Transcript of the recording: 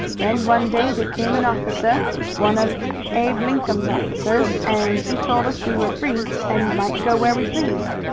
then one day there came an officer one of abe linkum's officers and he told us we were free and might go where we pleased.